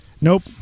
Nope